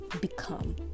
become